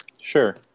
Sure